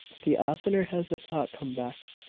the oftener has the thought come back.